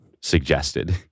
suggested